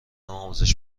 آموزش